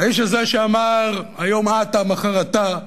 האיש הזה שאמר: "היום 'אתא', מחר אתה",